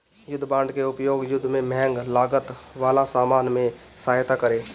युद्ध बांड के उपयोग युद्ध में महंग लागत वाला सामान में सहायता करे